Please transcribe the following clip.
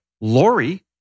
Lori